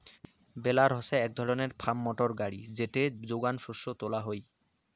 বেলার হসে এক ধরণের ফার্ম মোটর গাড়ি যেতে যোগান শস্যকে তোলা হই